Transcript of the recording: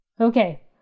Okay